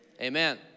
Amen